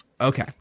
okay